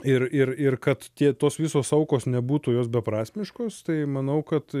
ir ir ir kad tie tos visos aukos nebūtų jos beprasmiškos tai manau kad